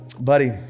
buddy